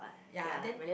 ya then